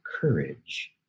courage